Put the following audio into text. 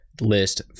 list